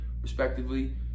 respectively